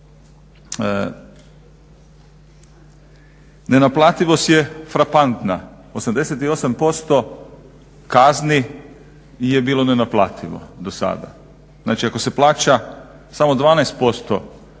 Nenaplativost je frapantna, 88% kazni je bilo nenaplativo do sada. Znači ako se plaća samo 12%